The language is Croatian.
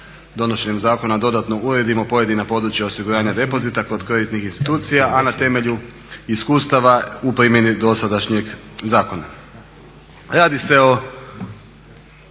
donošenjem zakona dodatno uredimo pojedina područja osiguranja depozita kod kreditnih institucija, a na temelju iskustava u primjeni dosadašnjeg zakona. Radi se o